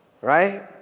Right